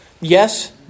Yes